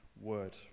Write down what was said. word